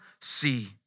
see